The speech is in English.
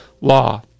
law